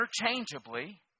interchangeably